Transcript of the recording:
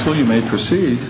so you may proceed